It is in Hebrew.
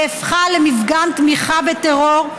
נהפכה למפגן תמיכה בטרור,